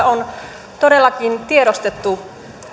on todellakin tiedostettu